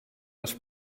das